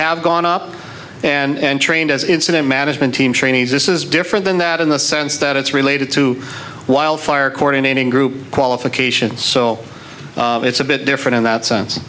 have gone up and trained as incident management team trainees this is different than that in the sense that it's related to wildfire coordinating group qualification so it's a bit different in that sense